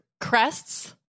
crests